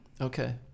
Okay